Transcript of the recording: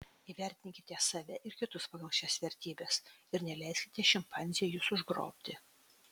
įvertinkite save ir kitus pagal šias vertybes ir neleiskite šimpanzei jus užgrobti